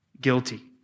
guilty